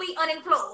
unemployed